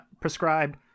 prescribed